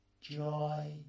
joy